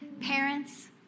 parents